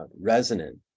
resonant